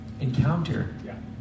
Encounter